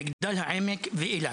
מגדל העמק ואילת.